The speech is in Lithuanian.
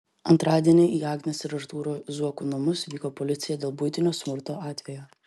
antradienį į agnės ir artūro zuokų namus vyko policija dėl buitinio smurto atvejo